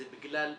זה בגלל התכנון,